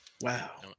Wow